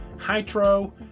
Hydro